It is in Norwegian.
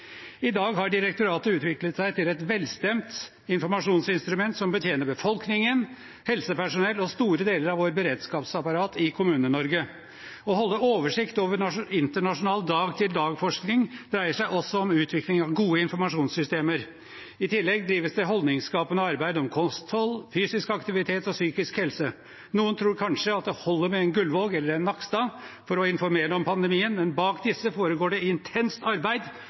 I dag har direktoratet utviklet seg til et velstemt informasjonsinstrument som betjener befolkningen, helsepersonell og store deler av vårt beredskapsapparat i Kommune-Norge. Å holde oversikt over internasjonal dag-til-dag-forskning dreier seg også om utvikling av gode informasjonssystemer. I tillegg drives det holdningsskapende arbeid om kosthold, fysisk aktivitet og psykisk helse. Noen tror kanskje at det holder med en Guldvog eller en Nakstad for å informere om pandemien, men bak disse foregår det et intenst arbeid